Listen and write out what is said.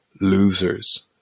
Losers